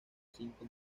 cinco